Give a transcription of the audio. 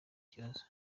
kibazo